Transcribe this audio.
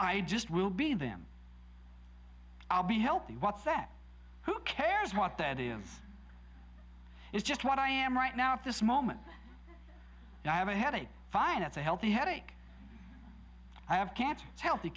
i just will be them i'll be healthy what's that who cares what that is is just what i am right now at this moment i have a headache fine it's a healthy headache i have ca